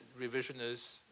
revisionists